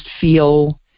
feel